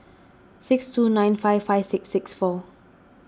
six two nine five five six six four